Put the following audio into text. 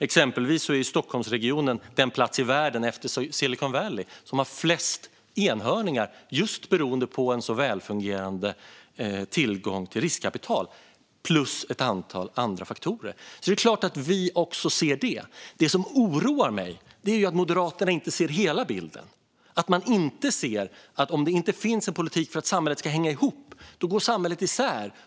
Exempelvis är Stockholmsregionen den plats i världen efter Silicon Valley som har flest enhörningar just beroende på en så välfungerande tillgång till riskkapital plus ett antal andra faktorer. Det är klart att vi också ser det. Det som oroar mig är att Moderaterna inte ser hela bilden - att de inte ser att om det inte finns en politik för att samhället ska hänga ihop går samhället isär.